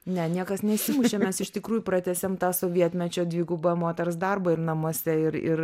ne niekas nesimušė mes iš tikrųjų pratęsėm tą sovietmečio dvigubą moters darbą ir namuose ir ir